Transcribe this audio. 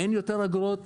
ואין יותר אגרות